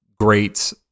great